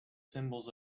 symbols